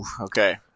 Okay